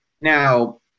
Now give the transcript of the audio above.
now